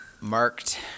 Marked